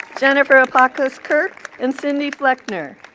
jennifer apocotos-kirk and cindy fleckner.